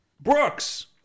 Brooks